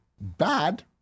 bad